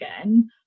again